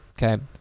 Okay